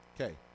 okay